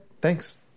thanks